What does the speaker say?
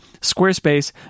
Squarespace